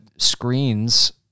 screens